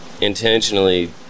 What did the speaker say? intentionally